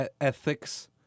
ethics